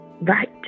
Right